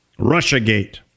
Russiagate